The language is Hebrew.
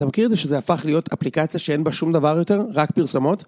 אתה מכיר את זה שזה הפך להיות אפליקציה שאין בה שום דבר יותר, רק פרסמות?